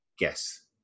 Yes